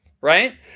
right